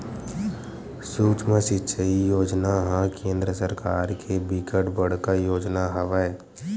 सुक्ष्म सिचई योजना ह केंद्र सरकार के बिकट बड़का योजना हवय